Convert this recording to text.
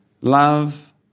love